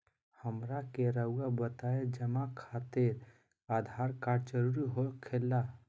हमरा के रहुआ बताएं जमा खातिर आधार कार्ड जरूरी हो खेला?